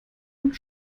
und